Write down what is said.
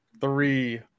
three